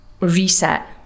reset